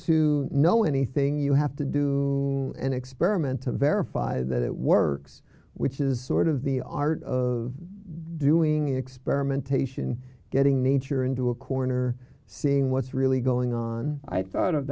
to know anything you have to do an experiment to verify that it works which is sort of the art of doing experimentation getting nature into a corner seeing what's really going on i thought of